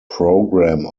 programme